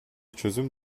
çözüm